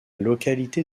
localité